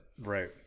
Right